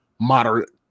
moderate